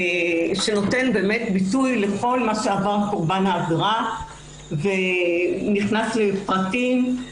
שנותן ביטוי לכל מה שעבר קורבן העבירה ונכנס לפרטים.